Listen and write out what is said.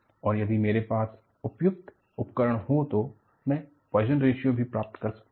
और यदि मेरे पास उपयुक्त उपकरण हो तो मैं पॉइजनस रेशो Poisson's ratio भी प्राप्त कर सकता हूं